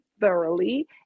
thoroughly